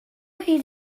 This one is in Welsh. hyd